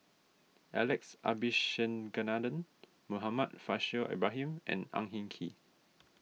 Alex Abisheganaden Muhammad Faishal Ibrahim and Ang Hin Kee